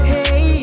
Hey